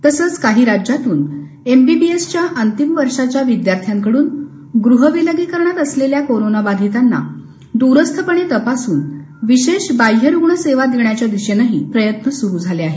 तसंच काही राज्यांतून एमबीबीएसच्या अंतिम वर्षाच्या विद्यार्थ्यांकडून गृहविलगीकरणात असलेल्या कोरोना बाधीतांना दूरस्थपणे तपासून विशेष बाह्य रूग्ण सेवा देण्याच्या दिशेनेही प्रयत्न सुरू झाले आहे